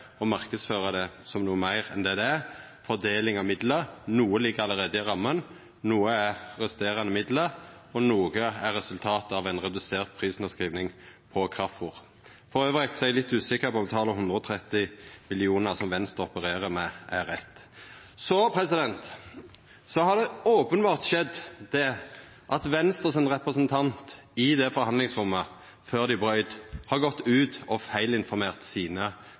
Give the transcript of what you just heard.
det som noko meir enn det det er – fordeling av midlar. Noko ligg allereie i ramma, noko er resterande midlar, og noko er resultatet av ei redusert prisnedskriving på kraftfôr. Elles er eg litt usikker på om talet 130 mill. kr, som Venstre opererer med, er rett. Så har det openbert skjedd at Venstres representant i forhandlingsrommet, før dei braut, har gått ut og feilinformert sine